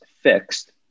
fixed